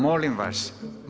Molim vas!